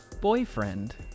boyfriend